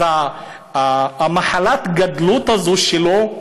אז מחלת הגדלות הזאת, שלו,